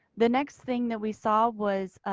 the next thing that we saw was